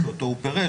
אותו הוא פירש,